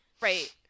Right